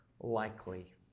likely